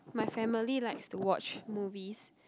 my family likes to watch movies